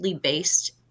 based